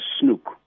snook